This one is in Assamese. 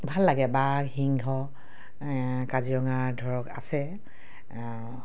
ভাল লাগে বাঘ সিংহ কাজিৰঙাত ধৰক আছে